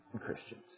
Christians